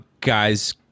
guys